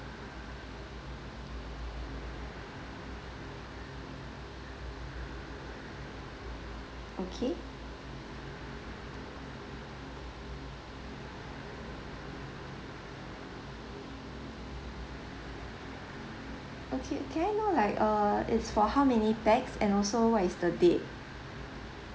okay okay can I know like err it's for how many pax and also what is the date